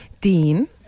Dean